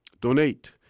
donate